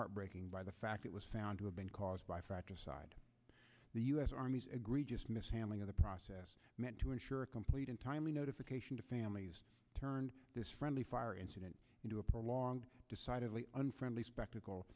heartbreaking by the fact it was found to have been caused by fratricide the u s army's agree just mishandling of the process meant to ensure a complete in timely notification to families turn this friendly fire incident into a prolonged decidedly unfriendly spectacle